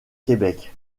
québec